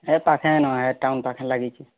ହେ ପାଖେନ ହେ ଟାଉନ୍ ପାଖରେ ଲାଗିଛି